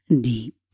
deep